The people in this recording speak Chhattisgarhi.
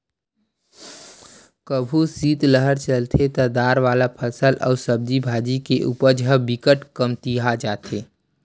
कभू सीतलहर चलथे त दार वाला फसल अउ सब्जी भाजी के उपज ह बिकट कमतिया जाथे